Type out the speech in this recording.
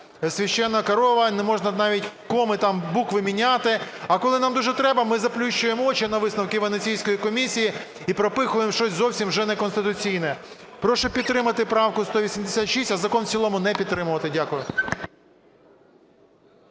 "священна корова", не можна навіть коми там, букви міняти. А коли нам дуже треба, ми заплющуємо очі на висновки Венеційської комісії і пропихуємо щось зовсім вже неконституційне. Прошу підтримати правку 186, а закон в цілому не підтримувати. Дякую.